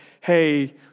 hey